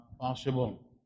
possible